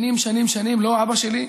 שנים שלא אבא שלי,